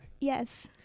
Yes